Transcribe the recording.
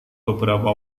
beberapa